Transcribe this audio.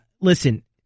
Listen